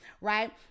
right